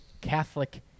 Catholic